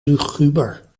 luguber